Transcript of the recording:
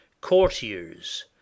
courtiers